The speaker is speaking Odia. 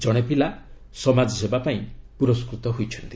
ଜଣେ ପିଲା ସମାଜସେବା ପାଇଁ ପୁରସ୍କୃତ ହୋଇଛନ୍ତି